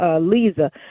Lisa